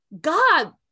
God